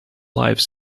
life